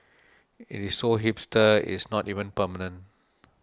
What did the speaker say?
it is so hipster it is not even permanent